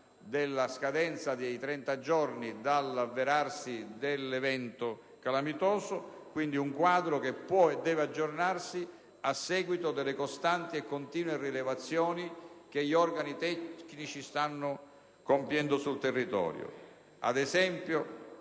della scadenza dei 30 giorni dall'avverarsi dell'evento calamitoso. Si tratta di un quadro che può e deve aggiornarsi a seguito delle costanti e continue rilevazioni che gli organi tecnici stanno compiendo sul territorio. Ad esempio,